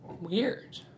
Weird